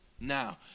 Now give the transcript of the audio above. Now